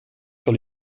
sur